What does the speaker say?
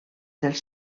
dels